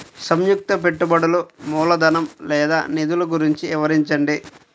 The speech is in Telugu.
సంయుక్త పెట్టుబడులు మూలధనం లేదా నిధులు గురించి వివరించండి?